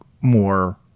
more